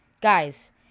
Guys